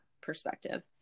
perspective